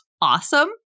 awesome